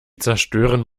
zerstören